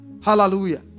Hallelujah